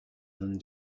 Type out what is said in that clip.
than